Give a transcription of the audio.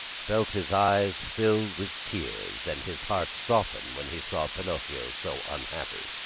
felt his eyes fill with tears and his heart soften when he saw pinocchio so unhappy.